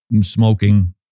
Smoking